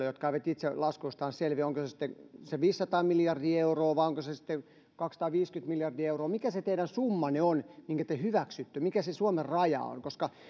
jotka eivät itse laskuistaan selviä viisisataa miljardia euroa vai onko se sitten kaksisataaviisikymmentä miljardia euroa mikä se teidän summanne on minkä te hyväksytte mikä se suomen raja on